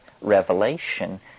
revelation